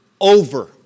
over